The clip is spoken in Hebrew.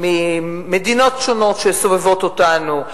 ממדינות שונות שסובבות אותנו,